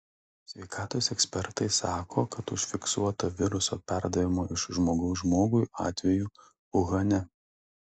sveikatos ekspertai sako kad užfiksuota viruso perdavimo iš žmogaus žmogui atvejų uhane